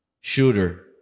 shooter